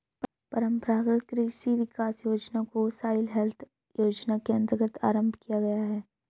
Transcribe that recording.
परंपरागत कृषि विकास योजना को सॉइल हेल्थ योजना के अंतर्गत आरंभ किया गया है